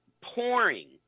pouring